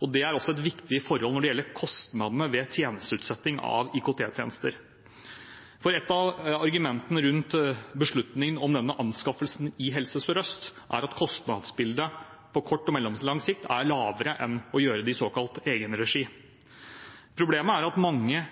og det er viktig også når det gjelder kostnadene ved utsetting av IKT-tjenester. Et av argumentene for beslutningen om denne anskaffelsen i Helse Sør-Øst er at kostnadsbildet på kort og mellomlang sikt er lavere enn om man gjør det i såkalt egenregi. Problemet er at mange